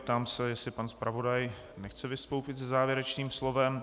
Ptám se, jestli pan zpravodaj chce vystoupit se závěrečným slovem.